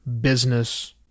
business